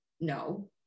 No